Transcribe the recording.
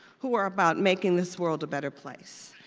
who are about making this world a better place.